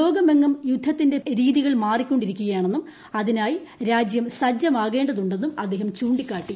ലോകമെങ്ങും യുദ്ധത്തിന്റെ രീതികൾ മാറിക്കൊണ്ടിരി ക്കുകയാണെന്നും അതിനായി രാജ്യം സജ്ജമാകേണ്ടതുണ്ടെന്നും അദ്ദേഹം ചൂണ്ടിക്കാട്ടി